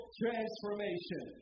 transformation